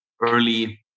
early